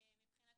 מבחינתנו,